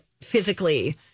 physically